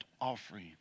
offering